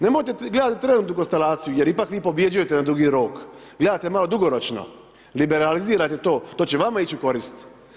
Nemojte gledati trenutnu konstelaciju jer ipak vi pobjeđujete na dugi rok, gledajte malo dugoročno, liberalizirajte to, to će vama ići u korist.